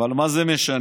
אבל מה זה משנה.